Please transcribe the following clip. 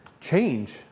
change